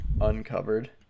uncovered